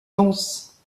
denses